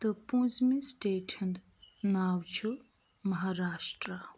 تہٕ پٲنٛژمہِ سٹیٹہِ ہُنٛد ناو چھُ مہاراشٹرٛا